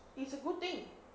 it's a good thing